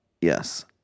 yes